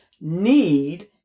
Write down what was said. need